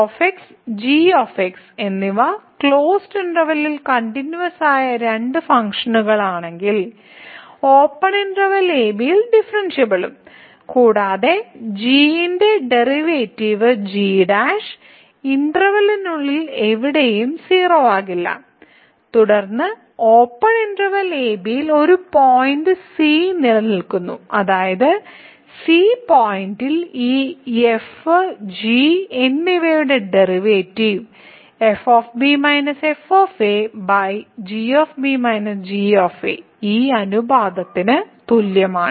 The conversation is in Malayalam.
f g എന്നിവ ക്ലോസ്ഡ് ഇന്റെർവെല്ലിൽ കണ്ടിന്യൂവസായ രണ്ട് ഫംഗ്ഷനുകളാണെങ്കിൽ ഓപ്പൺ ഇന്റെർവെല്ലിൽ a b ഡിഫറെൻഷിയബിളും കൂടാതെ g ന്റെ ഡെറിവേറ്റീവ് g' ഇന്റർവെൽയ്ക്കുള്ളിൽ എവിടെയും 0 ആകില്ല തുടർന്ന് ഓപ്പൺ ഇന്റെർവെല്ലിൽ a b ഒരു പോയിന്റ് c നിലനിൽക്കുന്നു അതായത് c പോയിന്റിൽ ഈ f g എന്നിവയുടെ ഡെറിവേറ്റീവ് ഈ അനുപാതത്തിന് തുല്യമാണ്